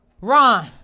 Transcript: Ron